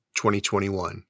2021